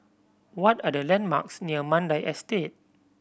what are the landmarks near Mandai Estate